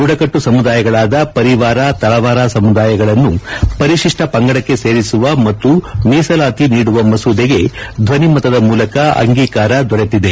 ಬುಡಕಟ್ಟು ಸಮುದಾಯಗಳಾದ ಪರಿವಾರ ತಳವಾರ ಸಮುದಾಯಗಳನ್ನು ಪರಿಶಿಷ್ಟ ಪಂಗಡಕ್ಕೆ ಸೇರಿಸುವ ಮತ್ತು ಮೀಸಲಾತಿ ನೀಡುವ ಮಸೂದೆಗೆ ಧ್ವನಿ ಮತದ ಮೂಲಕ ಅಂಗೀಕಾರ ದೊರೆತಿದೆ